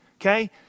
okay